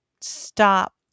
stop